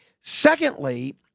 Secondly